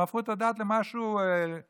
הם הפכו את הדת למשהו מופשט.